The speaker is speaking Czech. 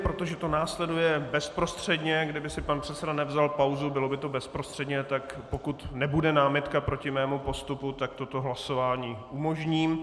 Protože to následuje bezprostředně kdyby si pan předseda nevzal pauzu, bylo by to bezprostředně, tak pokud nebude námitka proti mému postupu, tak toto hlasování umožním.